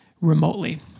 remotely